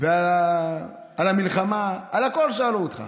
על המלחמה, על הכול שאלו אותך.